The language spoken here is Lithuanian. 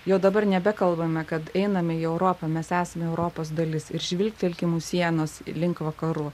jau dabar nebekalbame kad einame į europą mes esame europos dalis ir žvilgtelkim sienos link vakarų